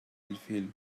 الفيلم